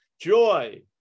joy